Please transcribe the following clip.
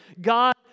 God